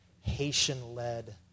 Haitian-led